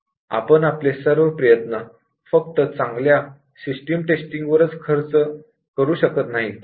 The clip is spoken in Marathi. आपण आपले सर्व प्रयत्न फक्त चांगल्या सिस्टम टेस्टिंगवर खर्च करू शकत नाही का